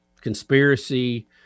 conspiracy